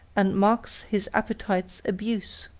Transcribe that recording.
and marks his appetite's abuse.